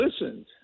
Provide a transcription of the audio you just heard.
listened